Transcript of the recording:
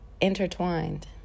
intertwined